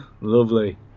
Lovely